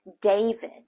David